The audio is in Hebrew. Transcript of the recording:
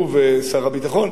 הוא ושר הביטחון,